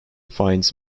finds